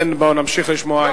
בואו נמשיך לשמוע.